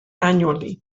annually